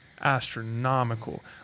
astronomical